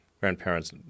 grandparents